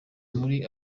muri